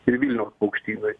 ir vilniaus paukštynui